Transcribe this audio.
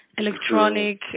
electronic